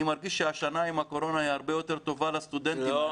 אני מרגיש שהשנה עם הקורונה היא הרבה יותר טובה לסטודנטים --- לא,